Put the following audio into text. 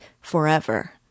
forever